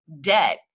debt